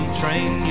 train